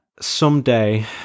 someday